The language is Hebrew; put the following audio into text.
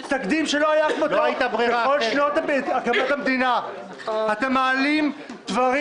למה אתם מזדרזים?